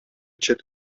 чет